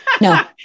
No